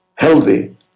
healthy